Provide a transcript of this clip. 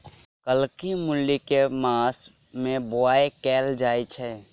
कत्की मूली केँ के मास मे बोवाई कैल जाएँ छैय?